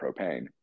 propane